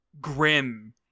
grim